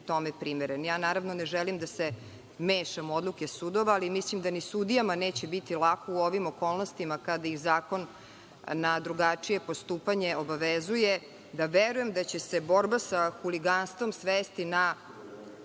primeren? Ne želim da se mešam u odluke sudova, ali mislim da ni sudijama neće biti lako u ovim okolnostima kada ih zakon na drugačiji postupanje obavezuje da verujem da će se borba sa huliganstvom svesti na